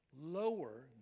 lower